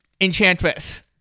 Enchantress